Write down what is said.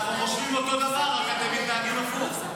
חברת הכנסת פרקש הכהן.